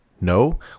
No